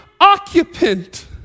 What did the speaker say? occupant